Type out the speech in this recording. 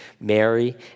Mary